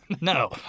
No